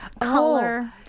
color